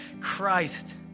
Christ